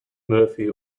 murphy